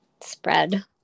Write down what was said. spread